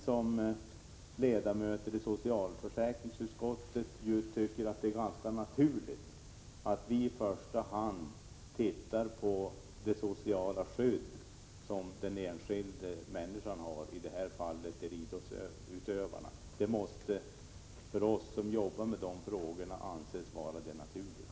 Som ledamöter från socialförsäkringsutskottet tycker vi emellertid att det är naturligt att vi i första hand tittar på det sociala skydd som den enskilda människan har, i detta fall idrottsutövaren. Det måste för oss som jobbar med de frågorna anses vara det naturliga.